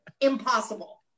impossible